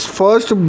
first